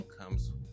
comes